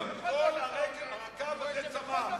בגינה שלכם כל הרקב הזה צמח.